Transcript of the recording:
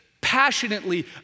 Passionately